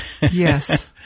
yes